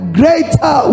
greater